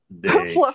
Day